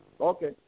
Okay